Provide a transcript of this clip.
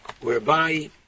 whereby